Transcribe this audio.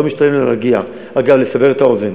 לא קל להשיג כסף בתקופת קיצוצים,